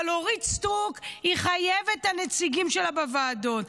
אבל אורית סטרוק חייבת את הנציגים שלה בוועדות.